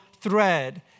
thread